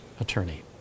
attorney